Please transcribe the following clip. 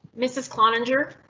mrs. kline injure.